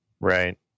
Right